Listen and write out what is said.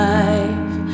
life